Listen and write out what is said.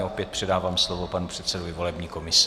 Opět předávám slovo panu předsedovi volební komise.